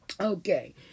Okay